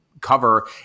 cover